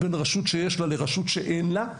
בין רשות שיש לה לרשות שאין לה,